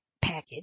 package